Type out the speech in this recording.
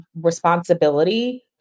responsibility